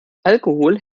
alkohol